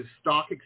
stock